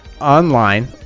online